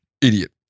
idiot